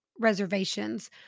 reservations